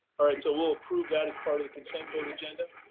all right, so we'll approve that as part of the consent vote agenda.